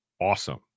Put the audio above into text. awesome